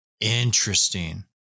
Interesting